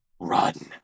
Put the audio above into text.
Run